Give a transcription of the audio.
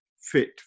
fit